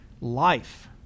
life